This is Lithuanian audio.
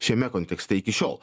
šiame kontekste iki šiol